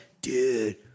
Dude